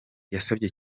yasabye